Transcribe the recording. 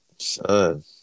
Son